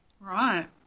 Right